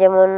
ᱡᱮᱢᱚᱱ